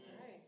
Right